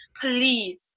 please